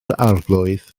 arglwydd